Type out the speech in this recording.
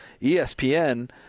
ESPN